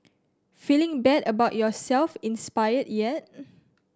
feeling bad about yourself inspired yet